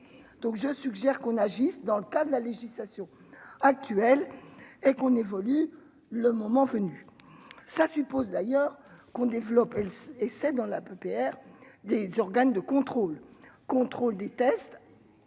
donc je suggère qu'on agisse dans le cas de la législation actuelle et qu'on évolue, le moment venu, ça suppose d'ailleurs qu'on développe et c'est dans la PPR des organes de contrôle, contrôle des tests,